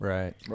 Right